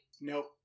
nope